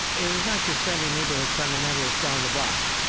is not your friendly neighborhood fundamentalist down the block.